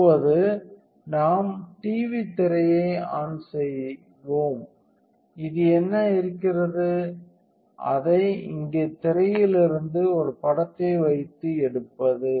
இப்போது நாம் டிவி திரையை ஆன் செய்வோம் இது என்ன செய்கிறது அதை இங்கே திரையில் இருந்து ஒரு படத்தை வைத்து எடுப்பது